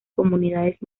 comunidades